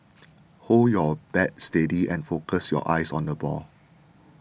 hold your bat steady and focus your eyes on the ball